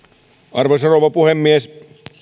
arvoisa rouva puhemies